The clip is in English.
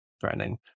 threatening